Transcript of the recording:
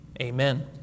Amen